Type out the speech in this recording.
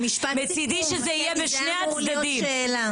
מצדי שזה יהיה בשני הצדדים.